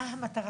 מה המטרה?